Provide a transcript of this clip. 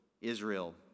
israel